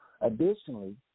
Additionally